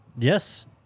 Yes